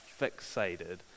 fixated